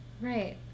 Right